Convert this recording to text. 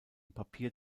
papier